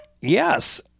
Yes